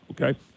okay